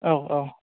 औ औ